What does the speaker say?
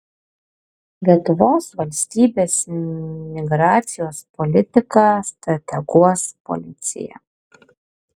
lietuvos valstybės migracijos politiką strateguos policija